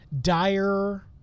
dire